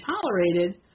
tolerated